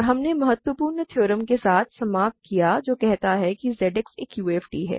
और हमने महत्वपूर्ण थ्योरम के साथ समाप्त किया जो कहता है कि Z X एक UFD है